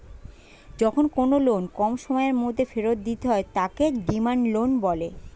যখন কোনো লোন কম সময়ের মধ্যে ফেরত দিতে হয় তাকে ডিমান্ড লোন বলে